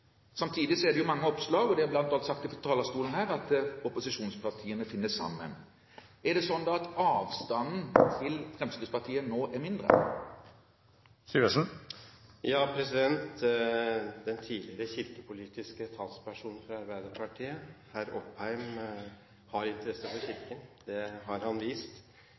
Samtidig er det mange oppslag om at opposisjonspartiene finner sammen, og det er også sagt fra talerstolen her. Er det da slik at avstanden til Fremskrittspartiet nå er mindre? Den tidligere kirkepolitiske talspersonen fra Arbeiderpartiet, herr Opheim, har interesse for Kirken, det har han vist.